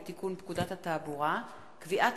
הצעת חוק לתיקון פקודת התעבורה (קביעת